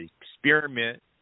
experiment